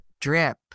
drip